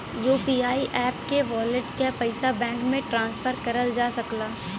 UPI app के wallet क पइसा बैंक में ट्रांसफर करल जा सकला